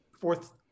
fourth